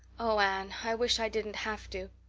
oh, anne, i wish i didn't have to.